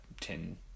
ten